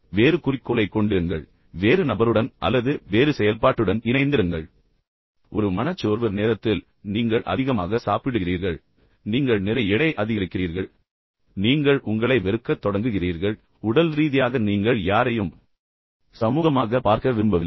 வேறு குறிக்கோளைக் கொண்டிருங்கள் வேறு நபருடன் அல்லது வேறு செயல்பாட்டுடன் இணைந்திருங்கள் உதாரணமாக ஒரு மனச்சோர்வு நேரத்தில் நீங்கள் அதிகமாக சாப்பிடுகிறீர்கள் பின்னர் நீங்கள் நிறைய எடை அதிகரிக்கிறீர்கள் நீங்கள் உங்களை வெறுக்கத் தொடங்குகிறீர்கள் குறிப்பாக உடல் ரீதியாக நீங்கள் யாரையும் சமூகமாகப் பார்க்க விரும்பவில்லை